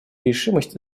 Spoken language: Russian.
решимость